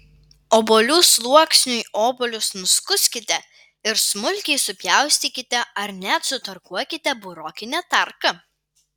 obuolių sluoksniui obuolius nuskuskite ir smulkiai supjaustykite ar net sutarkuokite burokine tarka